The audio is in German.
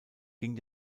ging